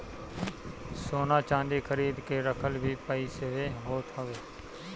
सोना चांदी खरीद के रखल भी पईसवे होत हवे